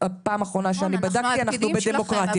פעם אחרונה שאני בדקתי אנחנו בדמוקרטיה.